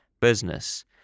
business